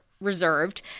reserved